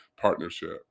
partnership